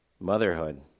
motherhood